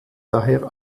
daher